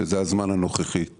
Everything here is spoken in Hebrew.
שזה הזמן הנוכחי.